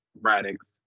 Radix